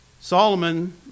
Solomon